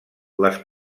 les